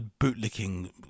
bootlicking